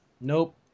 Nope